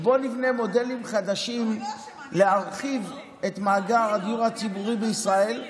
ובואו נבנה מודלים חדשים להרחיב את מאגר הדיור הציבורי בישראל.